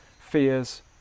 fears